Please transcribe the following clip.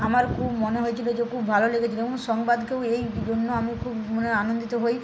আমার খুব মনে হয়েছিল যে খুব ভালো লেগেছিল এবং সংবাদকেও এই জন্য আমি খুব মানে আনন্দিত হই